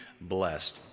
blessed